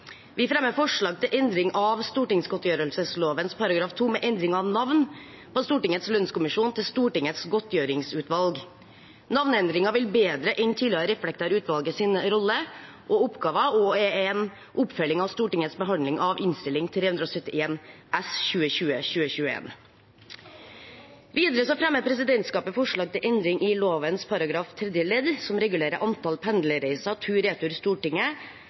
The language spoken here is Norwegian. Vi fremmer forslag til endring av stortingsgodtgjørelsesloven § 2, med endring av navn på Stortingets lønnskommisjon til Stortingets godtgjøringsutvalg. Navneendringen vil bedre enn tidligere reflektere utvalgets rolle og oppgaver og er en oppfølging av Stortingets behandling av Innst. 371 S for 2020–2021. Videre fremmer presidentskapet forslag til endring i lovens § 10 tredje ledd, som regulerer antall pendlerreiser tur-retur Stortinget